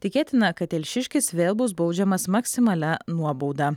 tikėtina kad telšiškis vėl bus baudžiamas maksimalia nuobauda